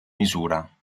misura